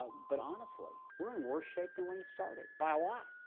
ah but, honestly, we're in worse shape than when he started by a lot.